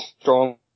strong